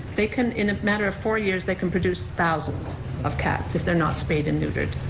they can, in a matter of four years, they can produce thousands of cats if they're not spayed and neutered.